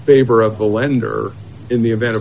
favor of the lender in the event of